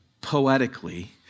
poetically